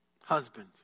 husband